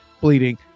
bleeding